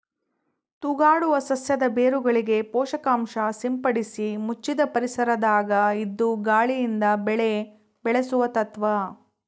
ತೂಗಾಡುವ ಸಸ್ಯದ ಬೇರುಗಳಿಗೆ ಪೋಷಕಾಂಶ ಸಿಂಪಡಿಸಿ ಮುಚ್ಚಿದ ಪರಿಸರದಾಗ ಇದ್ದು ಗಾಳಿಯಿಂದ ಬೆಳೆ ಬೆಳೆಸುವ ತತ್ವ